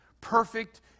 Perfect